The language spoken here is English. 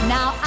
Now